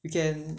煎